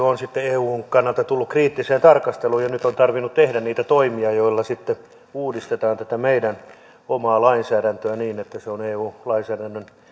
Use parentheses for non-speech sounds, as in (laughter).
(unintelligible) on sitten eun kannalta tullut kriittiseen tarkasteluun ja nyt on tarvinnut tehdä niitä toimia joilla sitten uudistetaan tätä meidän omaa lainsäädäntöä niin että se on eu lainsäädännön